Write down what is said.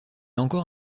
encore